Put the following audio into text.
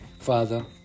Father